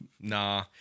nah